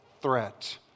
threat